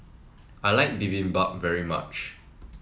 I like Bibimbap very much